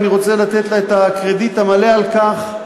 אני רוצה לתת לה את הקרדיט המלא על כך,